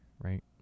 right